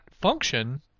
function